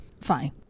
fine